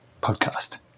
podcast